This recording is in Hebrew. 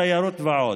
תיירות ועוד.